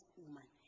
woman